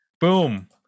Boom